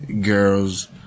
girls